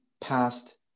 past